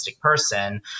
person